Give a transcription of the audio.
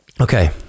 Okay